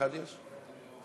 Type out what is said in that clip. בעד, ללא מתנגדים.